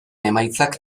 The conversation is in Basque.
emaitzak